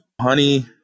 honey